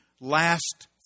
last